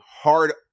hard